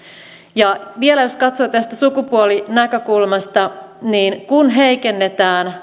vielä jos katsoo tästä sukupuolinäkökulmasta niin kun heikennetään